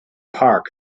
park